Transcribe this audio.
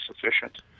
sufficient